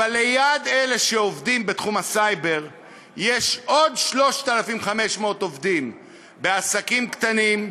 אבל ליד אלה שעובדים בתחום הסייבר יש עוד 3,500 עובדים בעסקים קטנים,